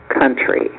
country